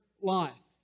life